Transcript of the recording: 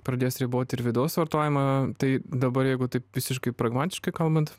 pradės ribot ir vidaus vartojimą tai dabar jeigu taip visiškai pragmatiškai kalbant